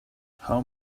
how